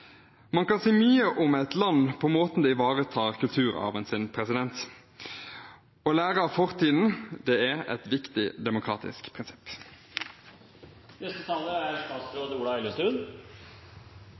Man kan si mye om et land på måten det ivaretar kulturarven sin på. Å lære av fortiden er et viktig demokratisk prinsipp. Forslaget om å utrede ulike alternativer for istandsetting og bruk av Tinnosbanen er